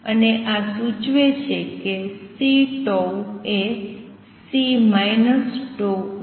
અને આ સૂચવે છે કે C એ C τ બરાબર છે